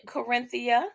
Corinthia